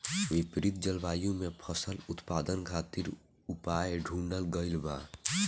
विपरीत जलवायु में फसल उत्पादन खातिर उपाय ढूंढ़ल गइल बा